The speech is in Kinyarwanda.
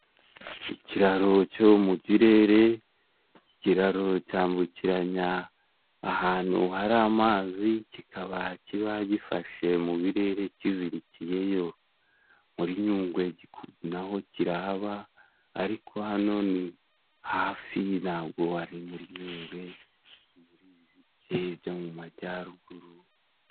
Ikiraro cyo mu kirere iki cy'ikiraro cyambukiranya ahantu hari amazi, kikaba kiba gifashe mu birere kizirikiyeyo muri nyungwe, naho kirahaba ariko hano ni hafi nago ari muri nyungwe byo mu majyaruguru.